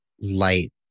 light